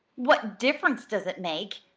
what difference does it make!